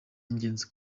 ingenzi